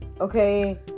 Okay